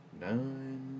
nine